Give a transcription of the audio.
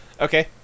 Okay